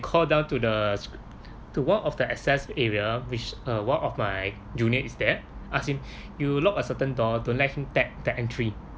call down to the to one of the access area which uh one of my junior is there ask him you lock a certain door don't let him tap the entry